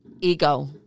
ego